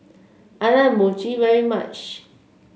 I like Mochi very much